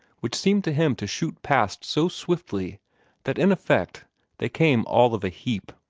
which seemed to him to shoot past so swiftly that in effect they came all of a heap.